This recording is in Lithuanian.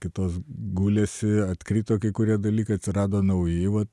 kitos gulėsi atkrito kai kurie dalykai atsirado nauji va